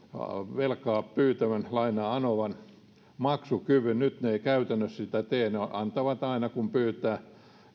velkaa pyytävän lainaa anovan maksukyvyn nyt ne eivät käytännössä sitä tee ne antavat lainaa aina kun pyytää